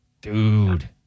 dude